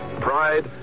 pride